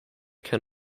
can